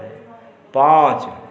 पाँच